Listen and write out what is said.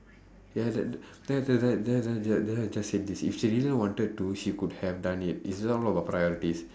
ya that that then then then then then then I just said this if she really wanted to she could have done it is all about priorities